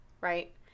right